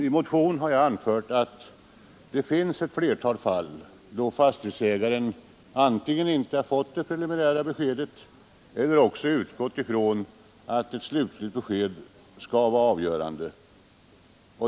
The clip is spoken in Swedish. I motionen har jag anfört att det finns ett flertal fall då fastighetsägaren antingen inte fått det preliminära beskedet eller också utgått ifrån att ett slutligt besked skall vara avgörande.